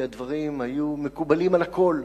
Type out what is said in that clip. כי הדברים היו מקובלים על הכול